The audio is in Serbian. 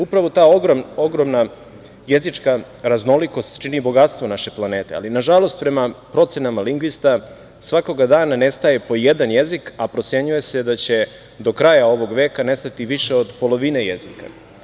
Upravo ta ogromna jezička raznolikost čini bogatstvo naše planete, ali nažalost prema procenama lingvista svakoga dana nestaje po jedan jezik, a procenjuje se da će do kraja ovog veka nestati više od polovine jezika.